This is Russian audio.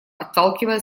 отталкивая